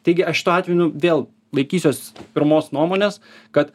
taigi aš šituo atveju nu vėl laikysiuos pirmos nuomonės kad